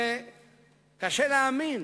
קשה להאמין